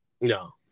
No